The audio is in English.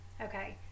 Okay